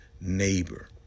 neighbor